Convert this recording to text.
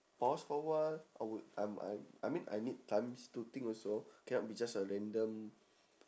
pause for a while I would I m~ I I mean I need time to think also cannot be just a random